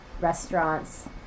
restaurants